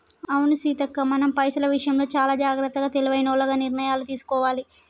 అవును సీతక్క మనం పైసల విషయంలో చానా జాగ్రత్తగా తెలివైనోల్లగ నిర్ణయాలు తీసుకోవాలి